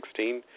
2016